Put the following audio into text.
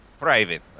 private